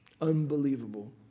Unbelievable